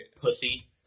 Pussy